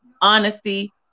honesty